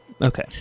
Okay